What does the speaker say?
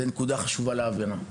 זו נקודה שחשובה להבנה.